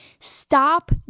stop